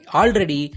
already